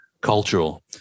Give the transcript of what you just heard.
cultural